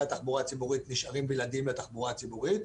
התחבורה הציבורית נשארים בלעדיים לתחבורה הציבורית.